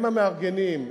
הם המארגנים,